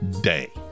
day